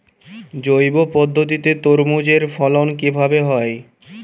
জৈব পদ্ধতিতে তরমুজের ফলন কিভাবে হয়?